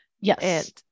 Yes